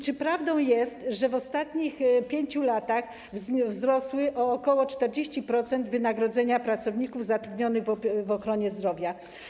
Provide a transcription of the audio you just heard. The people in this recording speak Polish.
Czy prawdą jest, że w ostatnich 5 latach wzrosły o ok. 40% wynagrodzenia pracowników zatrudnionych w ochronie zdrowia?